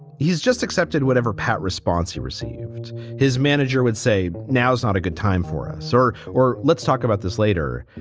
he's just accepted whatever response he received, his manager would say now's not a good time for us or or let's talk about this later.